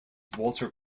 walter